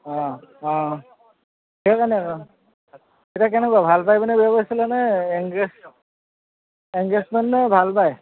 অঁ অঁ সেই কাৰণে এতিয়া কেনেকুৱা ভাল পায় পিনে বিয়া পাতিছিলে নে এংগেজ এংগেজমেণ্ট নে ভাল পায়